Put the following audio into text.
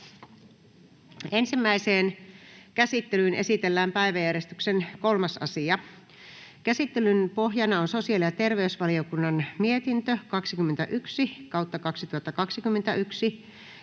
Ensimmäiseen käsittelyyn esitellään päiväjärjestyksen 3. asia. Käsittelyn pohjana on sosiaali- ja terveysvaliokunnan mietintö StVM 21/2021